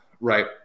right